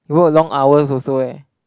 you work a long hours also eh